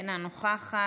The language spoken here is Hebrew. אינה נוכחת.